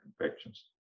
infections